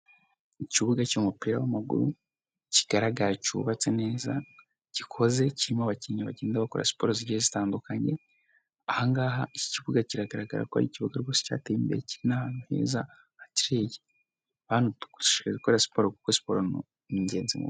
Ikibuga cy'umupira w'amaguru kigaragara cyubatse neza, gikoze kirimo abakinnyi bagenda bakora siporo zitandukanye, ahangaha iki kibuga kiragaragara ko ari ikibuga gusa cyateye imbere kiri n'ahantu heza hateye, gukora siporo kuko siporo ni ingenzi mu.